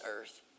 earth